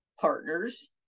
partners